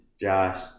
Josh